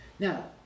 Now